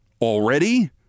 Already